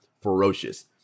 Ferocious